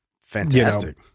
Fantastic